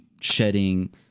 shedding